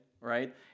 right